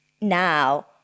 now